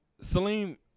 Salim